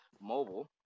mobile